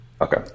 Okay